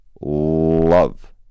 love